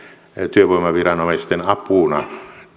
työvoimaviranomaisten apuna